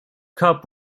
cup